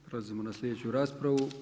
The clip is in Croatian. Prelazimo na slijedeću raspravu.